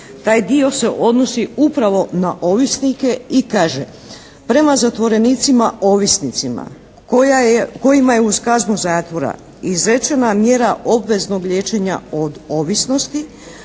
Taj dio se odnosi upravo na ovisnike i kaže: "Prema zatvorenicima ovisnicima kojima je uz kaznu zatvora izrečena mjera obveznog liječenja od ovisnosti,